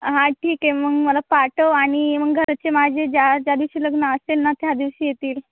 हां ठीक आहे मग मला पाठव आणि मग घरचे माझे ज्या ज्या दिवशी लग्न असेल ना त्या दिवशी येतील